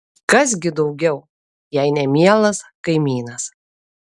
kas gi daugiau jei ne mielas kaimynas